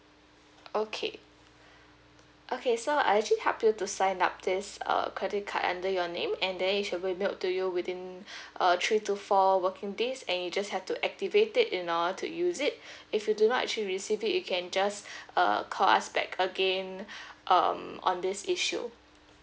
okay okay so I actually help you to sign up this uh credit card under your name and then it should be mailed to you within uh three to four working days and you just have to activate it in order to use it if you do not actually receive it you can just uh call us back again um on this issue